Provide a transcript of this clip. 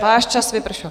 Váš čas vypršel.